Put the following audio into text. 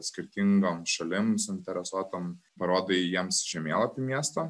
skirtingom šalim suinteresuotom parodai jiems žemėlapių miesto